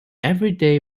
everyday